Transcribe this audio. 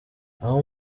aho